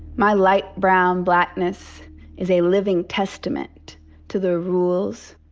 my light brown blackness is a living testament to the rules,